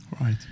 Right